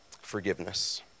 forgiveness